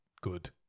good